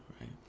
right